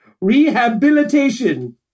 Rehabilitation